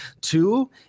two